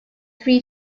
three